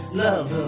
love